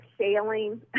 sailing